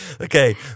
Okay